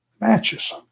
matches